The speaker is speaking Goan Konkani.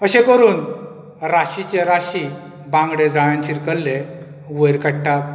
अशे करून राशींचे राशी बांगडे जाळ्यान शिरकल्ले वयर काडटात